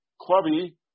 Clubby